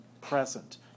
present